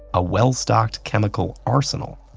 a well-stocked chemical arsenal,